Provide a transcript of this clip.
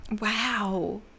wow